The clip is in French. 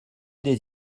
des